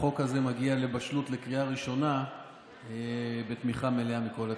שהחוק הזה מגיע לבשלות לקריאה ראשונה בתמיכה מלאה מכל הצדדים.